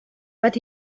but